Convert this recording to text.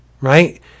right